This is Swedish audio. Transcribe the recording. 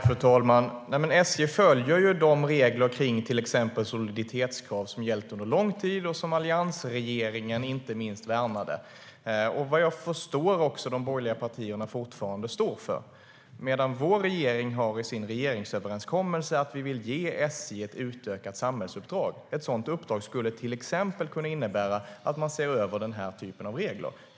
Fru talman! SJ följer ju de regler kring till exempel soliditetskrav som har gällt under lång tid och som inte minst alliansregeringen värnade. Vad jag förstår står de borgerliga partierna fortfarande för dem, medan vår regering har i sin regeringsöverenskommelse att vi vill ge SJ ett utökat samhällsuppdrag. Ett sådant uppdrag skulle till exempel kunna innebära att man ser över den här typen av regler.